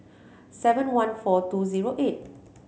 seven one four two zero eight